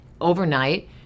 overnight